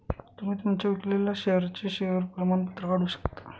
तुम्ही तुमच्या विकलेल्या शेअर्सचे शेअर प्रमाणपत्र काढू शकता